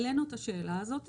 העלינו את השאלה הזו.